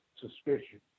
suspicion